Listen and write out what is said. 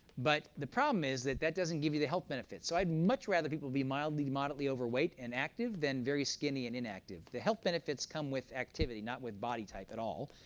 but the problem is that that doesn't give you the health benefits. so i'd much rather people be mildly to moderately overweight and active than very skinny and inactive. the health benefits come with activity, not with body type at all.